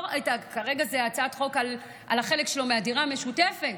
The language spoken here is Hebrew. כרגע זו הצעת חוק על החלק שלו בדירה המשותפת,